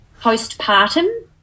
Postpartum